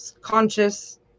conscious